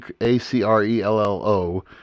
A-C-R-E-L-L-O